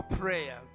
prayer